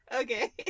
okay